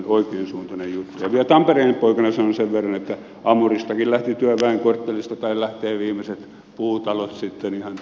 ja vielä tampereen poikana sanon sen verran että amuristakin lähtevät työväenkorttelista viimeiset puutalot sitten ihan tässä vuoden sisällä